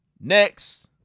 Next